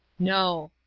no.